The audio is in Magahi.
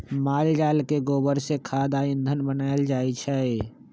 माल जाल के गोबर से खाद आ ईंधन बनायल जाइ छइ